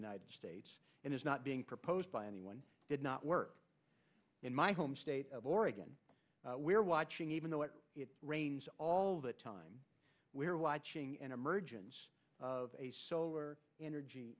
united states and is not being proposed by anyone did not work in my home state of oregon we're watching even though it rains all the time we're watching an emergence of a solar energy